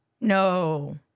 No